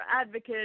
advocates